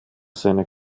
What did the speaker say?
seine